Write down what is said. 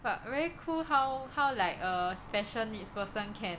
but very cool how how like a special needs person can